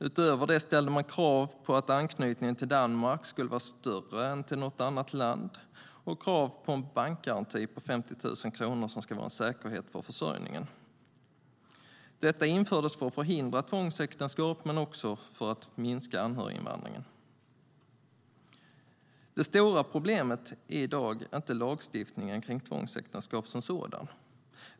Utöver detta ställer man krav på att anknytningen till Danmark ska vara större än till något annat land och krav på en bankgaranti på 50 000 kronor som ska vara en säkerhet för försörjningen. Detta infördes för att förhindra tvångsäktenskap men också för att minska anhöriginvandringen. Det stora problemet är i dag inte lagstiftningen kring tvångsäktenskap som sådan.